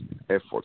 efforts